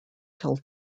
till